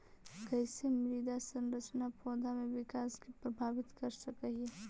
कईसे मृदा संरचना पौधा में विकास के प्रभावित कर सक हई?